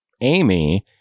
Amy